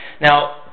Now